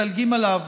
מדלגים עליו